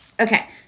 Okay